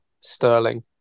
Sterling